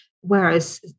whereas